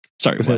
sorry